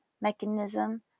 mechanism